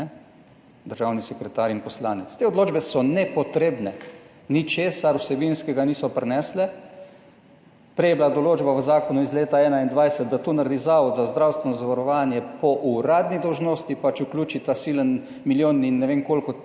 državni sekretar in poslanec, te odločbe so nepotrebne. Ničesar vsebinskega niso prinesle. Prej je bila določba v zakonu iz leta 2021, da to naredi Zavod za zdravstveno zavarovanje po uradni dolžnosti pač vključi ta silni milijon in ne vem koliko